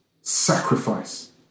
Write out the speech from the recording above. sacrifice